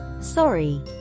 Sorry